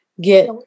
get